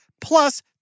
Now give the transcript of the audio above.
plus